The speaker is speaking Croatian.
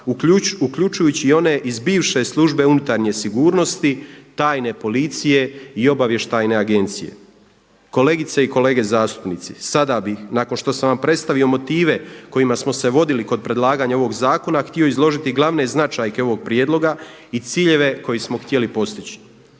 uključujući i one iz bivše službe unutarnje sigurnosti, tajne policije i obavještajne agencije. Kolegice i kolege zastupnici, sada bih nakon što sam vam predstavio motive kojima smo se vodili kod predlaganja ovog zakona htio izložiti glavne značajke ovog prijedloga i ciljeve koje smo htjeli postići.